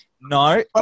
no